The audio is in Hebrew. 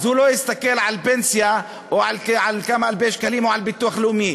הוא לא יסתכל על פנסיה או על כמה אלפי שקלים או על ביטוח לאומי.